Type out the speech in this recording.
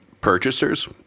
purchasers